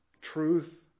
Truth